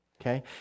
Okay